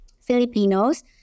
filipinos